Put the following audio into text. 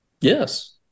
Yes